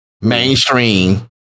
mainstream